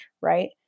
Right